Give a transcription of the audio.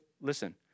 listen